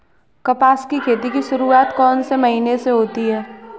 कपास की खेती की शुरुआत कौन से महीने से होती है?